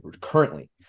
currently